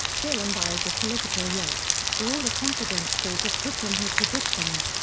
dylan byers of politico wrote, for all the confidence silver puts in his predictions,